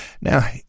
Now